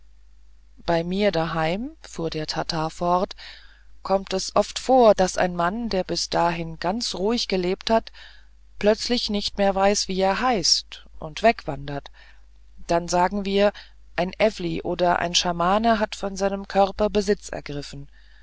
bei mir daheim fuhr der tatar fort kommt es oft vor daß ein mann der bis dahin ganz ruhig gelebt hat plötzlich nicht mehr weiß wie er heißt und wegwandert dann sagen wir ein ewli oder ein schamane hat von seinem körper besitz ergriffen